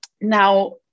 now